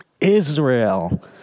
Israel